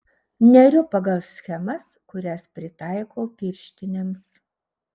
neriu pagal schemas kurias pritaikau pirštinėms